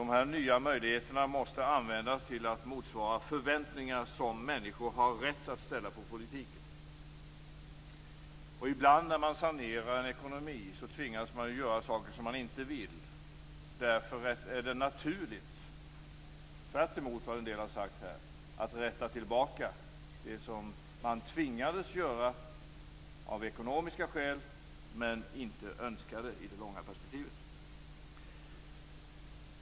Dessa nya möjligheter måste användas till att motsvara förväntningar som människor har rätt att ställa på politiken. Ibland när man sanerar en ekonomi tvingas man göra saker som man inte vill. Därför är det naturligt, tvärtemot vad en del har sagt här, att rätta till det som man tvingades göra av ekonomiska skäl men inte önskade i det långa perspektivet.